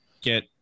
get